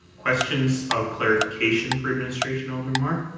questions of clarification for administration? alderman marr?